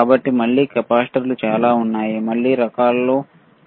కాబట్టి మళ్ళీ కెపాసిటర్లు చాలా రకాలు ఉన్నాయి